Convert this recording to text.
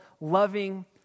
loving